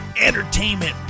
entertainment